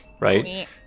right